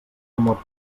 amor